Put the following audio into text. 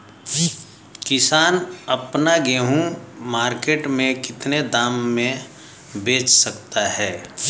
किसान अपना गेहूँ मार्केट में कितने दाम में बेच सकता है?